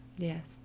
Yes